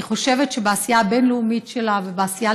אני חושבת שבעשייה הבין-לאומית שלה ובעשייה